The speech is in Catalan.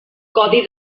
codi